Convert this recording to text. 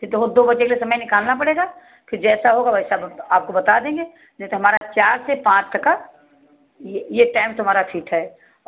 फिर तो दो बजे का समय निकालना पड़ेगा फिर जैसा होगा वैसा आपको बता देंगे नहीं तो हमारा चार से पाँच तक का यह यह टाइम तुम्हारा ठीक है